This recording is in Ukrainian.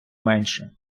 менше